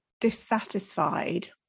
dissatisfied